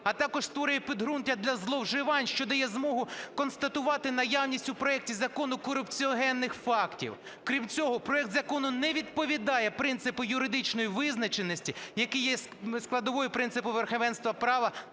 а також створює підґрунтя для зловживань, що дає змогу констатувати наявність у проекті закону корупціогенних фактів. Крім цього, проект закону не відповідає принципу юридичної визначеності, який є складовою принципу верховенства права